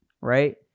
right